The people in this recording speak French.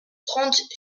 trente